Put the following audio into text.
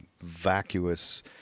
vacuous